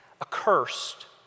accursed